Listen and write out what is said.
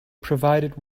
provided